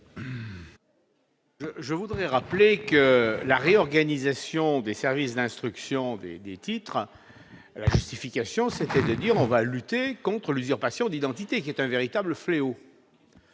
Je voudrais rappeler que la réorganisation des services d'instruction des des titres justification, c'était de dire on va lutter contre l'usurpation d'identité, qui est un véritable fléau.